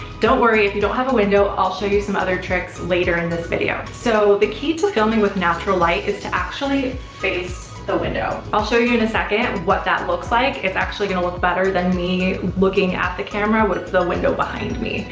don't worry, if you don't have a window, i'll show you some other tricks later in this video. so, the key to filming with natural light is to actually face the window. i'll show you in a second what that looks like, it's actually gonna look better than me looking at the camera with the window behind me.